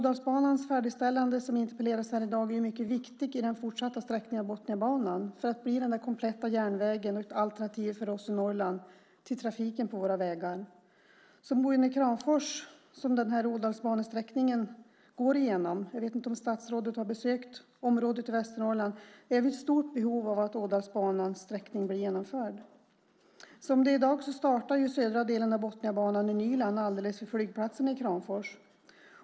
Ådalsbanans färdigställande, som det interpellerats om här, är en mycket viktig del i den fortsatta sträckningen av Botniabanan, för att bli den kompletta järnvägen som ett alternativ för oss i Norrland till trafiken på våra vägar. Som boende i Kramfors, som den här Ådalsbanesträckningen går igenom - jag vet inte om statsrådet har besökt området i Västernorrland - ser jag ett stort behov av att Ådalsbanans sträckning blir genomförd. Som det är i dag startar södra delen av Botniabanan i Nyland alldeles vid flygplatsen i Kramfors.